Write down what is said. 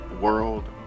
world